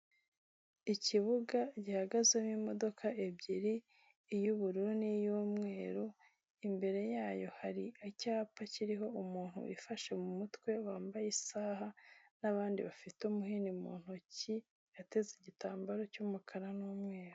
Ikibuga gihagazeho imodoka ebyiri, iy'ubururu n'iy'umweru, imbere yayo hari icyapa kiriho umuntu wifashe mu mutwe, wambaye isaha n'abandi bafite umuhini mu ntoki, yateze igitambaro cy'umukara n'umweru.